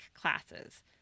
classes